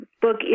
book